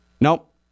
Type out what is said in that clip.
Nope